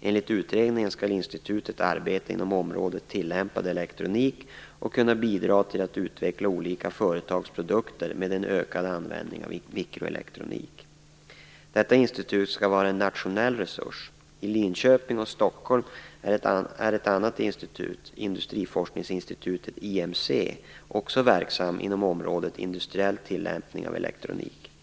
Enligt utredningen skall institutet arbeta inom området tillämpad elektronik och kunna bidra till att utveckla olika företagsprodukter med en ökad användning av mikroelektronik. Detta institut skall vara en nationell resurs. I Linköping och Stockholm är ett annat institut, industriforskningsinstitutet IMC också verksamt inom området industriell tillämpning av elektronik.